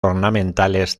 ornamentales